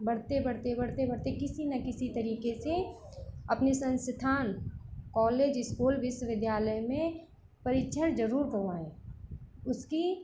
बढ़ते बढ़ते बढ़ते बढ़ते किसी न किसी तरीके से अपने संस्थान कॉलेज इस्कूल विश्वविद्यालय में परिक्षण ज़रूर करवाएँ उसकी